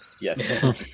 Yes